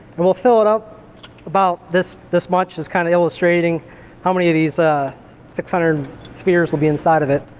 and we'll fill it up about this this much. this kind of illustrating how many of these ah six hundred spheres will be inside of it.